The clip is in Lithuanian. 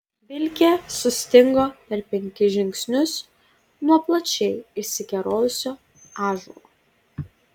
vilkė sustingo per penkis žingsnius nuo plačiai išsikerojusio ąžuolo